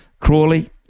Crawley